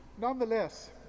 Nonetheless